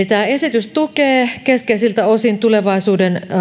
tämä esitys tukee keskeisiltä osin tulevaisuuden